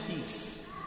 peace